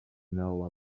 know